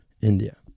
India